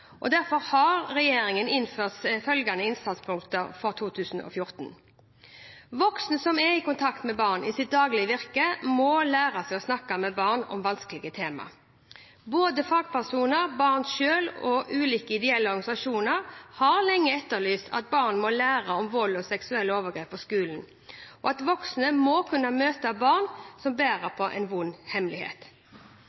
Derfor har regjeringen innført følgende innsatspunkter for 2014: Voksne som er i kontakt med barn i sitt daglige virke, må lære å snakke med barn om vanskelige temaer. Både fagpersoner, barn selv og ulike ideelle organisasjoner har lenge etterlyst at barn må lære om vold og seksuelle overgrep på skolen, og at voksne må kunne møte barn som bærer